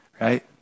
right